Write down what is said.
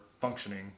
functioning